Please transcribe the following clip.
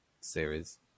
series